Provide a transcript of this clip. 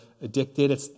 addicted